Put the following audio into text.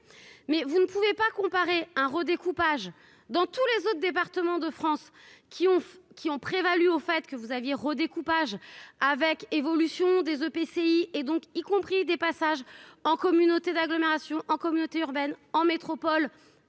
mais vous ne pouvez pas comparer un redécoupage dans tous les autres départements de France, qui ont qui ont prévalu au fait que vous aviez redécoupage avec évolution des EPCI et donc y compris des passages en communauté d'agglomération en communauté urbaine en métropole